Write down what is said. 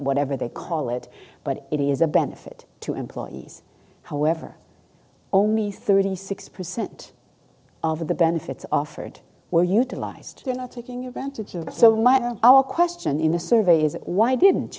whatever they call it but it is a benefit to employees however only thirty six percent of the benefits offered were utilized you're not taking advantage of so much of our question in the survey is why didn't